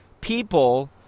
people